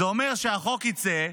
זה אומר שהחוק יצא,